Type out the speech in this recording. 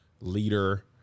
leader